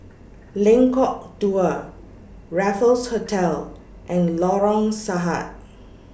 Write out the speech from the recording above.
Lengkok Dua Raffles Hotel and Lorong Sahad